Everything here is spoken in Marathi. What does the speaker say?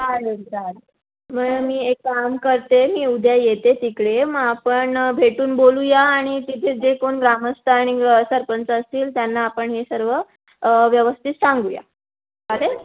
चालेल चालेल बरं मी एक काम करते मी उद्या येते तिकडे मग आपण भेटून बोलूया आणि तिथे जे कोण ग्रामस्थ आणि सरपंच असतील त्यांना आपण हे सर्व व्यवस्थित सांगूया चालेल